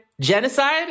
Genocide